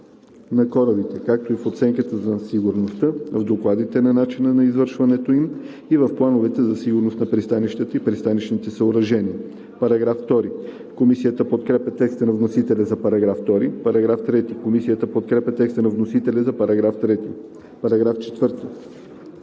на корабите, както и в оценките на сигурността, в докладите за начина на извършването им и в плановете за сигурност на пристанищата и пристанищните съоръжения.“ Комисията подкрепя текста на вносителя за § 2. Комисията подкрепя текста на вносителя за § 3. По § 4